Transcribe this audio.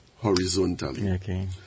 horizontally